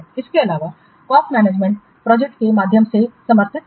इसके अलावा cost management Microsoft project के माध्यम से समर्थित है